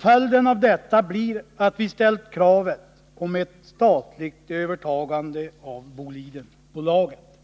Följden av detta har blivit att vi ställt krav på ett statligt övertagande av Bolidenbolaget.